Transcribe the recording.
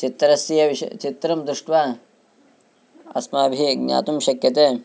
चित्रस्य विष् चित्रं दृष्ट्वा अस्माभिः ज्ञातुं शक्यते